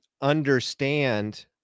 understand